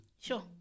Sure